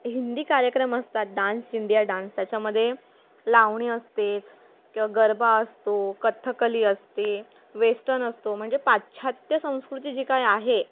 हिंदी कार्यक्रम असतात dance India dance त्याच्यामध्ये लावणी असतेच किंवा गरबा असतो कथकली असते वेस्टन असतो म्हणजे पाश्चात्य संस्कृती जी काय आहे